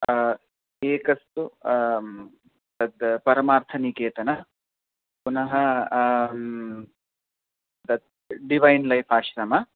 एकस्तु तद् परमार्थनिकेतनं पुनः तत् डिवैन् लैफ् आश्रमः